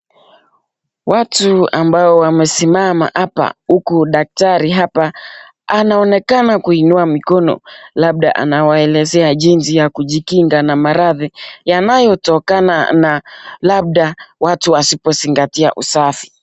Watu ambao wamesimama hapa huku daktari hapa anaonekana kuinua mikono labda anawaelezea jinsi ya kujikinga na maradhi yanayotokana na labda watu wasipozingatia usafi.